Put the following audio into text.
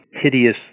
hideous